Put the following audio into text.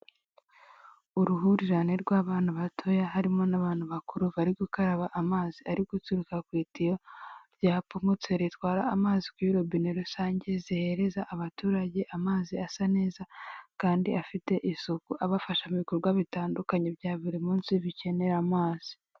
Uruhurirane rw'abana batoya harimo n'abantu bakuru barigukaraba amazi ariguturuka ku itiyo ryapfumutse ritwara amazi kuri robine rusange zihereza abaturage amazi asa neza, kandi afite isuku. Abafasha mu bikorwa bitandukanye bya buri munsi bikenera amazi.